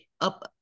up